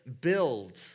build